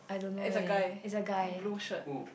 is a guy blue shirt